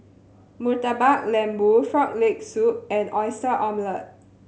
Murtabak Lembu Frog Leg Soup and Oyster Omelette